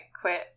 quit